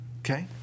Okay